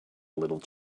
little